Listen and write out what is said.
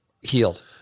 healed